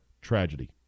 tragedy